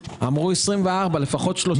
אמרו 24, לפחות 36 צריך.